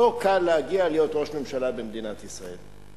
לא קל להגיע להיות ראש ממשלה במדינת ישראל.